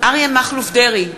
אריה מכלוף דרעי,